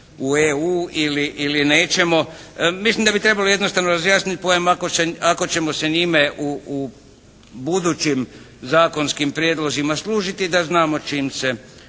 u EU ili nećemo. Mislim da bi trebalo jednostavno razjasniti pojam ako ćemo se njime u budućim zakonskim prijedlozima služiti da znamo čim se